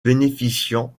bénéficiant